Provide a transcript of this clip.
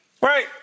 Right